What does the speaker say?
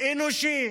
אנושי